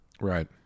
Right